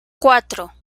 cuatro